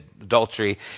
adultery